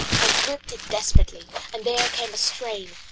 i gripped it despairingly, and there came a strain.